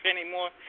anymore